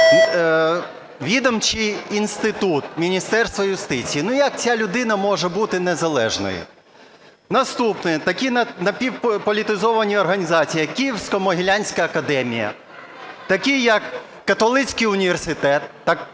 відомчий інститут Міністерства юстиції. Ну як ця людина може бути незалежною? Наступне. Такі напівполітизовані організації, як Києво-Могилянська академія, такі як Католицький університет. Так